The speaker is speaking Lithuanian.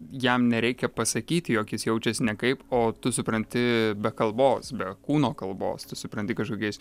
jam nereikia pasakyti jog jis jaučiasi nekaip o tu supranti be kalbos be kūno kalbos tu supranti kažkokiais